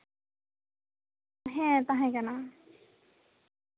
ᱦᱮᱸ ᱛᱟᱦᱮ ᱠᱟᱱᱟ